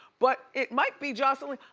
but it might be joseline.